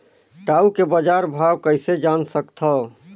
टाऊ के बजार भाव कइसे जान सकथव?